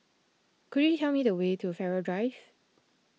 could you tell me the way to Farrer Drive